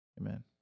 Amen